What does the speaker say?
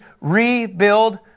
rebuild